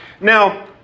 Now